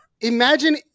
imagine